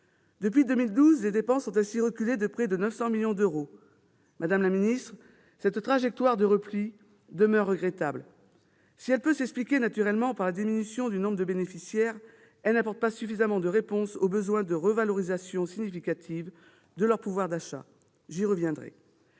Depuis 2012, les dépenses ont ainsi reculé de près de 900 millions ! Madame la secrétaire d'État, cette trajectoire de repli demeure regrettable. Si elle peut s'expliquer, naturellement, par la diminution du nombre de bénéficiaires, elle n'apporte pas suffisamment de réponses aux besoins de revalorisation significative du pouvoir d'achat. J'y reviendrai.